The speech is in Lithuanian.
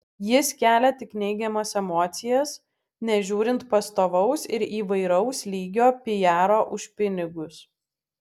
jis kelia tik neigiamas emocijas nežiūrint pastovaus ir įvairaus lygio pijaro už pinigus